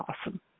awesome